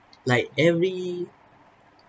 like every